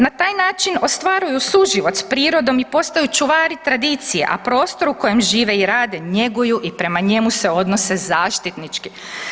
Na taj način ostvaruju suživot s prirodom i postaju čuvari tradicije, a prostor u kojem žive i rade njeguju i prema njemu se odnose zaštitnički.